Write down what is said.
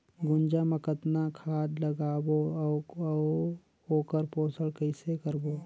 गुनजा मा कतना खाद लगाबो अउ आऊ ओकर पोषण कइसे करबो?